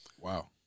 Wow